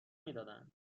میدادن